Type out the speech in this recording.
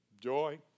joy